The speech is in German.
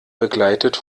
begleitet